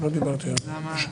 במקום